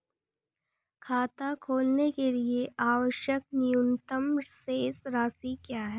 खाता खोलने के लिए आवश्यक न्यूनतम शेष राशि क्या है?